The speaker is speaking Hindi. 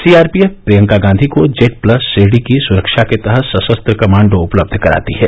सी R P F Priyanka Gandhi को जेड प्लस श्रेणी की सुरक्षा के तहत संशस्त्र कमांडो उपलब्ध कराती है